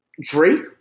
Drake